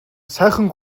сайхан